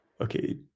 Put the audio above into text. Okay